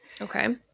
Okay